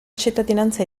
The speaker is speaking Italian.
cittadinanza